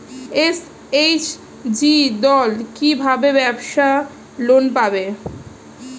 SHG দল কী ভাবে ব্যাবসা লোন পাবে?